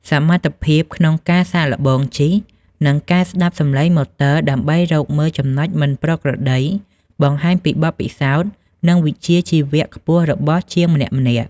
សមត្ថភាពក្នុងការសាកល្បងជិះ និងការស្តាប់សំឡេងម៉ូទ័រដើម្បីរកមើលចំណុចមិនប្រក្រតី បង្ហាញពីបទពិសោធន៍ និងវិជ្ជាជីវៈខ្ពស់របស់ជាងម្នាក់ៗ។